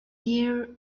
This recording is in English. year